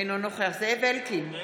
אינו נוכח זאב אלקין,